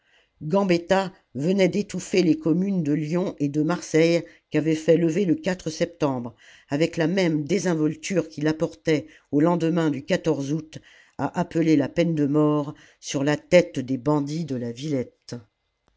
gambetta venait d'étouffer les communes de lyon et de marseille qu'avait fait lever le septembre avec la la commune même désinvolture qu'il apportait au lendemain du août à appeler la peine de mort sur la tête des bandits de la villette